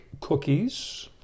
cookies